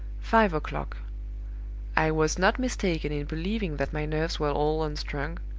five o'clock i was not mistaken in believing that my nerves were all unstrung.